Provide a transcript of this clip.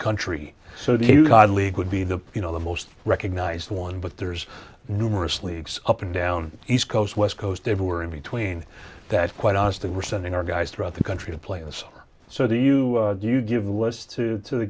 country so the new god league would be the you know the most recognized one but there's numerous leagues up and down east coast west coast they were in between that quite honestly we're sending our guys throughout the country to play this so that you do you give was to to the